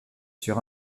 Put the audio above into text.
sur